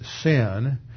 sin